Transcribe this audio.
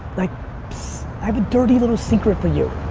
like have a dirty little secret for you.